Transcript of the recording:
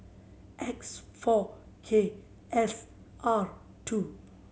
X four K S R two